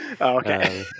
Okay